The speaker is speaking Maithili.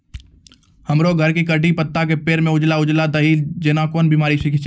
हमरो घर के कढ़ी पत्ता के पेड़ म उजला उजला दही जेना कोन बिमारी छेकै?